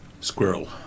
Squirrel